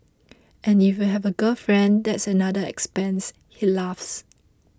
and if you have a girlfriend that's another expense he laughs